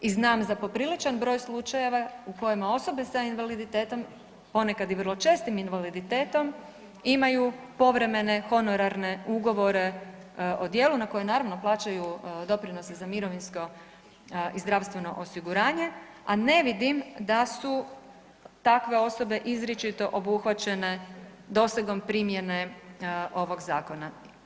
I znam za popriličan broj slučajeva u kojima osobe sa invaliditetom, ponekad i vrlo čestim invaliditetom imaju povremene honorarne ugovore o djelu na koje naravno plaćaju doprinose za mirovinsko i zdravstveno osiguranje, a ne vidim da su takve osobe izričito obuhvaćene dosegom primjene ovog zakona.